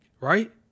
right